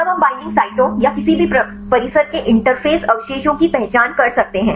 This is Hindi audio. तब हम बईंडिंग साइटों या किसी भी परिसर के इंटरफ़ेस अवशेषों की पहचान कर सकते हैं